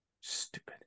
Stupid